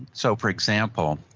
so for example,